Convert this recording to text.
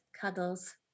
cuddles